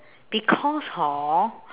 because hor